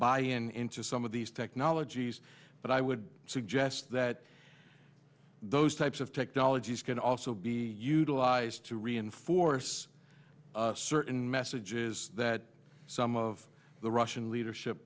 buy in into some of these technologies but i would suggest that those types of technologies can also be utilized to reinforce certain messages that some of the russian leadership